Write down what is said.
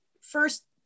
first